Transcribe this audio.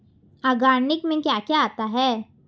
Organic में क्या क्या आता है?